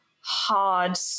hard